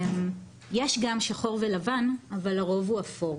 יש גם שחור ולבן, אבל הרוב הוא אפור.